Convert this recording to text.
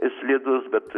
slidūs bet